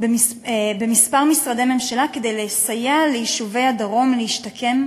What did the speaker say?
בכמה משרדי ממשלה כדי לסייע ליישובי הדרום להשתקם,